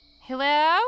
Hello